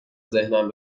ذهنم